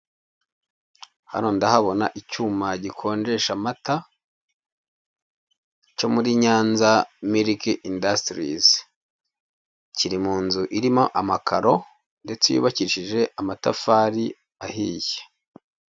Hano ndahabona icyuma gikonjesha amata cyo muri Nyanza miliki indasitirizi, kiri mu nzu irimo amakaro ndetse yubakishije amatafari ahiye.